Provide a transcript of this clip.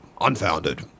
unfounded